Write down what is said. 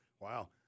Wow